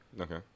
Okay